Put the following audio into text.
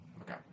Okay